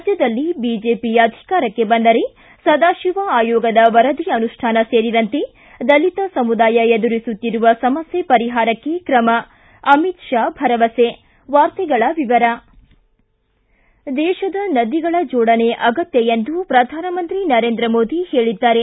ರಾಜ್ಯದಲ್ಲಿ ಬಿಜೆಪಿ ಅಧಿಕಾರಕ್ಕೆ ಬಂದರೆ ಸದಾಶಿವ ಆಯೋಗದ ವರದಿ ಅನುಷ್ಠಾನ ಸೇರಿದಂತೆ ದಲಿತ ಸಮುದಾಯ ಎದುರಿಸುತ್ತಿರುವ ಸಮಸ್ಯೆ ಪರಿಹಾರಕ್ಕೆ ಕ್ರಮ ಅಮಿತ್ ಷಾ ಭರವಸೆ ವಾರ್ತೆಗಳ ವಿವರ ದೇಶದ ನದಿಗಳ ಜೋಡಣೆ ಅಗತ್ಯ ಎಂದು ಎಂದು ಪ್ರಧಾನಮಂತ್ರಿ ನರೇಂದ್ರ ಮೋದಿ ಹೇಳಿದ್ದಾರೆ